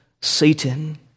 Satan